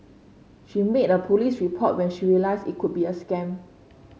she made a police report when she realised it could be a scam